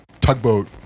Tugboat